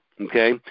Okay